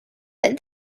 but